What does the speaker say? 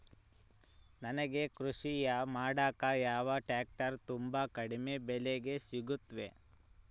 ನಮಗೆ ಕೃಷಿ ಮಾಡಾಕ ಯಾವ ಟ್ರ್ಯಾಕ್ಟರ್ ತುಂಬಾ ಕಡಿಮೆ ಬೆಲೆಗೆ ಸಿಗುತ್ತವೆ?